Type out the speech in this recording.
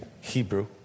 Hebrew